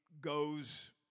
goes